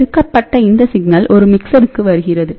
பெருக்கப்பட்ட இந்த சிக்னல் ஒரு மிக்சருக்கு வருகிறது